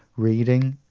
reading,